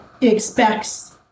expects